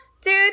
dude